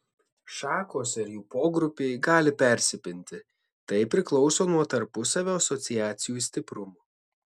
šakos ar jų pogrupiai gali persipinti tai priklauso nuo tarpusavio asociacijų stiprumo